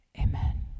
Amen